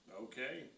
Okay